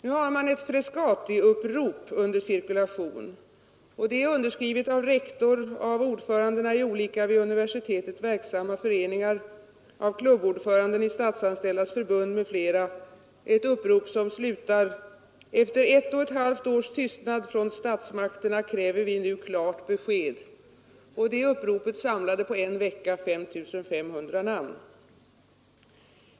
Nu har man ett Frescatiupprop under cirkulation — underskrivet av rektorn, av ordförandena i olika vid universitetet verksamma föreningar, av klubbordföranden i Statsanställdas förbund m.fl. som slutar: ”Efter ett och ett halvt års tystnad från statsmakterna kräver vi nu klart besked!” Det uppropet samlade på en vecka 5 500 namnunderskrifter.